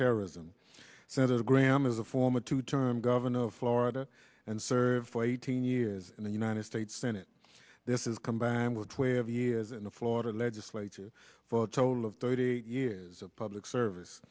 terrorism senator graham is a former two term governor of florida and served for eighteen years in the united states senate this is combined with twelve years in the florida legislature for a total of thirty years of public service